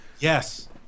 Yes